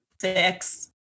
six